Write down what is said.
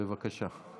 בבקשה,